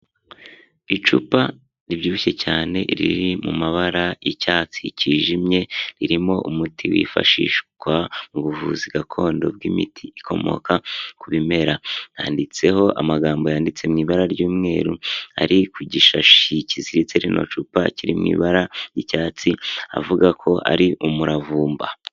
Icupa ribyibushye cyane riri mu mabara y'icyatsi kijimye, ririmo umuti wifashishwa mu buvuzi gakondo bw'imiti ikomoka ku bimera. Handitseho amagambo yanditse mu ibara ry'umweru ari ku gishashi kiziritse rino cupa kiri mu ibara ry'icyatsi avuga ko ari umuravumba.